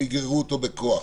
ויגררו אותו בכוח.